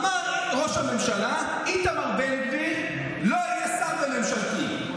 אמר ראש הממשלה: איתמר בן גביר לא יהיה שר בממשלתי.